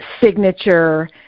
signature